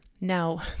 Now